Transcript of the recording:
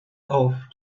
off